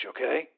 okay